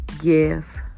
give